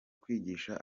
kwigisha